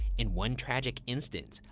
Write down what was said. in one tragic instance,